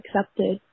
accepted